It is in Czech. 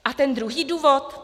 A ten druhý důvod?